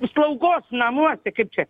slaugos namuose kaip čia